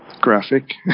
graphic